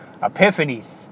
Epiphanies